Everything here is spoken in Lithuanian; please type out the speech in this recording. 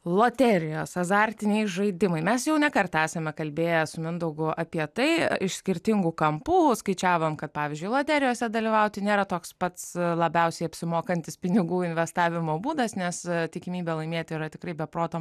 loterijos azartiniai žaidimai mes jau ne kartą esame kalbėję su mindaugu apie tai iš skirtingų kampų skaičiavom kad pavyzdžiui loterijose dalyvauti nėra toks pats labiausiai apsimokantis pinigų investavimo būdas nes tikimybė laimėti yra tikrai be proto